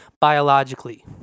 biologically